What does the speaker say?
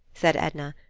said edna.